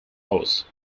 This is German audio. aus